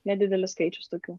nedidelis skaičius tokių